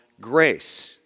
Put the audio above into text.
Grace